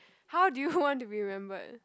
how do you want to be remembered